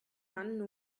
man